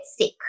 sick